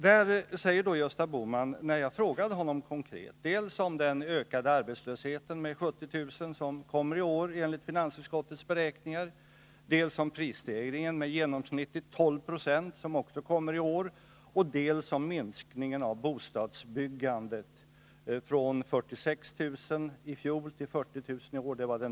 Jag frågade Gösta Bohman konkret dels om den ökade arbetslösheten med 70000 som kommer i år enligt finansutskottets beräkningar, dels om prisstegringen med i genomsnitt 12 26, som också kommer i år, och dels om minskningen av bostadsbyggandet från 46 000 i fjol till 40 000 i år.